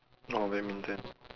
oh badminton